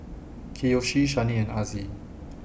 Kiyoshi Shani and Azzie